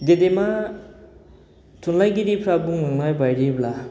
गेदेमा थुनलाइगिरिफ्रा बुंलांनाय बायदिब्ला